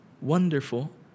Wonderful